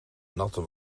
natte